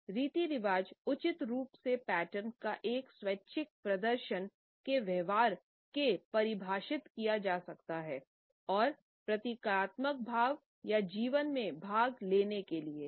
रीति रिवाज़ उचित रूप से पैटर्न का एक स्वैच्छिक प्रदर्शन के व्यवहार के परिभाषित किया जा सकता हैं और प्रतीकात्मक प्रभाव या जीवन में भाग लेने के लिए हैं